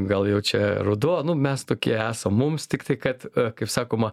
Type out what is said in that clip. gal jau čia ruduo nu mes tokie esam mums tiktai kad kaip sakoma